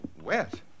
Wet